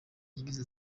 yagize